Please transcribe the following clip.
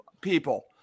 people